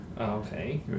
Okay